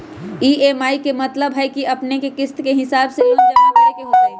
EMI के मतलब है कि अपने के किस्त के हिसाब से लोन जमा करे के होतेई?